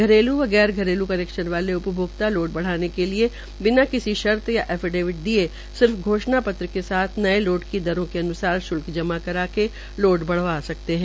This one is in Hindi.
घरेलू व गैर कनैक्शन वाले उपभोक्ता लोड बनाने बढ़ाने के लिए बिना किसी शर्त या ऐफीडेविट दिये सिर्फ घोषणा पत्र के साथ नये लोड की दरो के अन्सार श्ल्क जमा करके लोड बढ़वा सकते है